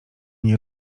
nie